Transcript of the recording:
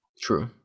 True